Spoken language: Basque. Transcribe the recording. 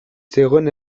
zegoen